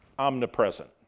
omnipresent